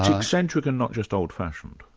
um eccentric and not just old-fashioned?